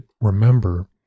remember